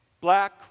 black